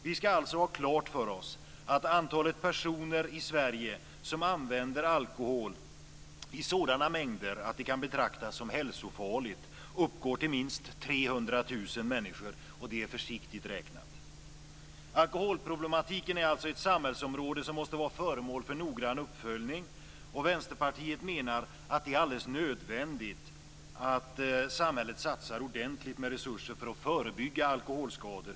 Vi ska alltså ha klart för oss att antalet personer i Sverige som använder alkohol i sådana mängder att det kan betraktas som hälsofarligt uppgår till minst 300 000 människor, och det är försiktigt räknat. Alkoholproblematiken är alltså ett samhällsområde som måste vara föremål för noggrann uppföljning. Vänsterpartiet menar att det är alldeles nödvändigt att samhället satsar ordentligt med resurser för att förebygga alkoholskador.